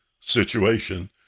situation